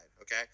Okay